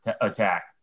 attack